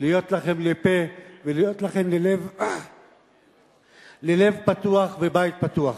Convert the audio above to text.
להיות לכם לפה ולהיות לכם ללב פתוח ובית פתוח.